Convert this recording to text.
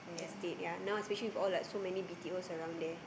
estate ya now especially for all us so many B_T_Os around there